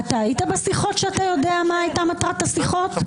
היית בשיחות שאתה יודע מה הייתה מטרת השיחות?